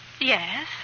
Yes